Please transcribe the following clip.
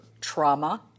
trauma